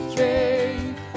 faith